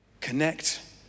connect